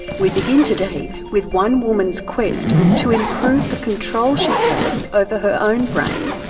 we begin today with one woman's quest to improve the control she has over her own brain,